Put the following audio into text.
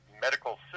medical